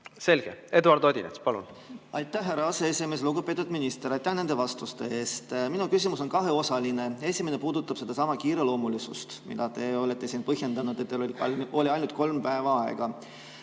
Kaks küsimust ühes. Aitäh, härra aseesimees! Lugupeetud minister, aitäh nende vastuste eest! Minu küsimus on kaheosaline. Esimene puudutab sedasama kiireloomulisust, mida te olete siin põhjendanud, et teil oli ainult kolm päeva aega.